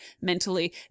mentally